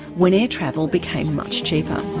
when air travel became much cheaper.